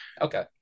Okay